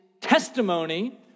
testimony